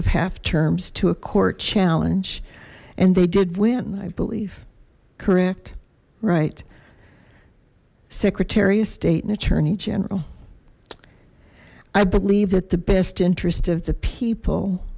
of half terms to a court challenge and they did win i believe correct right secretary of state and attorney general i believe that the best interest of the people